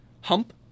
hump